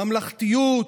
ממלכתיות,